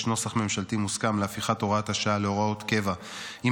נוסח ממשלתי מוסכם להפיכת הוראת השעה להוראות קבע עם